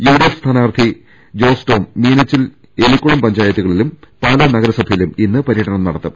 UDF സ്ഥാനാർത്ഥി ജോസ് ടോം മീനച്ചിൽ എലിക്കുളം പഞ്ചായത്തുകളിലും പാലാ നഗരസഭയിലും ഇന്ന് പരൃടനം നടത്തും